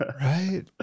Right